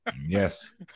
Yes